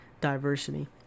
diversity